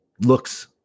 looks